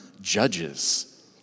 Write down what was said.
Judges